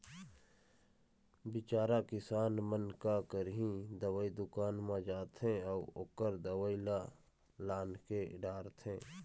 बिचारा किसान मन का करही, दवई दुकान म जाथे अउ ओखर दवई ल लानके डारथे